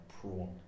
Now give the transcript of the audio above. prawn